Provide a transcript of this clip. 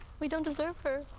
we don't deserve her.